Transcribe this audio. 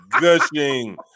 Gushing